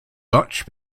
butch